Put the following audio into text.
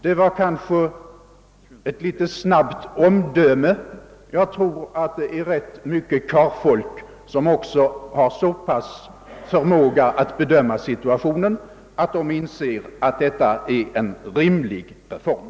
Det var kanske ett något förhastat omdöme; jag tror att det är rätt mycket karlfolk som har så pass god förmåga att bedöma situationen att också de inser att detta är en rimlig reform.